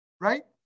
right